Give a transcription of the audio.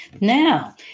Now